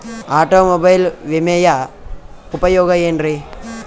Automobile ವಿಮೆಯ ಉಪಯೋಗ ಏನ್ರೀ?